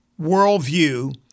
worldview